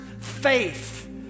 faith